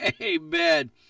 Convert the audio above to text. amen